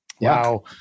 Wow